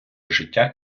життя